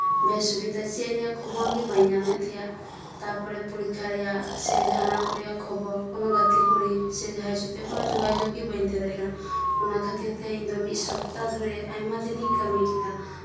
ᱵᱮᱥᱩᱵᱤᱛᱮ ᱪᱮᱛ ᱨᱮᱱᱟᱜ ᱠᱷᱚᱵᱚᱨ ᱜᱮ ᱵᱟᱹᱧ ᱧᱟᱢ ᱮᱜ ᱛᱟᱸᱦᱮᱜᱼᱟ ᱛᱟᱨᱯᱚᱨᱮ ᱯᱚᱨᱤᱠᱠᱷᱟ ᱨᱮᱱᱟᱜ ᱥᱮ ᱡᱟᱦᱟᱱᱟᱜ ᱠᱚᱨᱮᱱᱟᱜ ᱠᱷᱚᱵᱚᱨ ᱜᱟᱛᱮ ᱠᱩᱲᱤ ᱥᱮ ᱡᱟᱦᱟᱭ ᱥᱟᱣᱛᱮ ᱠᱳᱱᱳ ᱡᱳᱜᱟᱡᱳᱜ ᱜᱮ ᱵᱟᱹᱧ ᱦᱟᱛᱟᱣ ᱫᱟᱲᱮᱭᱟᱜ ᱠᱟᱱᱟ ᱚᱱᱟ ᱠᱷᱟᱹᱛᱤᱨ ᱛᱮ ᱤᱧ ᱫᱚ ᱢᱤᱫ ᱥᱚᱯᱛᱟ ᱫᱷᱚᱨᱮ ᱟᱭᱢᱟ ᱫᱤᱱᱤᱧ ᱠᱟᱹᱢᱤ ᱠᱮᱫᱟ